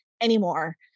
anymore